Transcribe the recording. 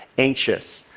anxious.